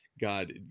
God